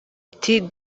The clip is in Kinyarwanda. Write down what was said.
ati